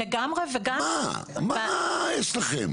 מה יש לכם?